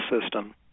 system